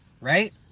Right